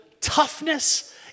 toughness